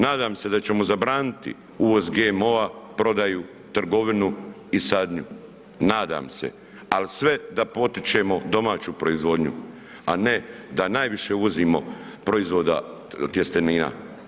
Nadam se da ćemo zabraniti uvoz GMO-a, prodaju, trgovinu i sadnju, nadam se ali sve da potičemo domaću proizvodnju a ne da najviše uvozimo proizvoda tjestenina.